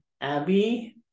Abby